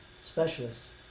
specialists